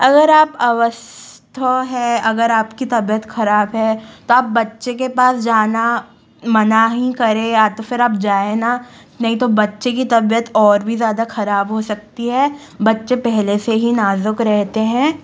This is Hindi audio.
अगर आप अस्वस्थ है अगर आपकी तबियत खराब है तो आप बच्चे के पास जाना मना हीं करे या तो फिर आप जाए ना नहीं तो बच्चे की तबियत और भी ज़्यादा खराब हो सकती है बच्चे पहले से ही नाजुक रहते हैं